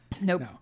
nope